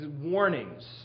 warnings